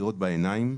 תקינים.